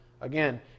Again